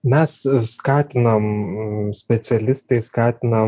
mes skatinam specialistai skatina